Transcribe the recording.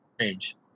range